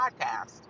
podcast